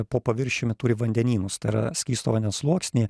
po paviršiumi turi vandenynus tai yra skysto vandens sluoksnį